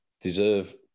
Deserve